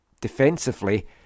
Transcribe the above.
defensively